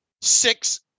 six